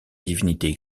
divinité